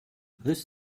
this